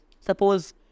Suppose